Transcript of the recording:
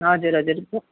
हजुर हजुर